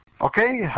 Okay